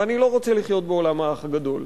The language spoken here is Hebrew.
ואני לא רוצה לחיות בעולם האח הגדול.